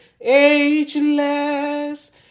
Ageless